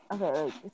Okay